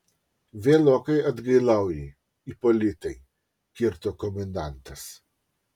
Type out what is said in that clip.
vėlokai atgailauji ipolitai kirto komendantas